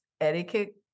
etiquette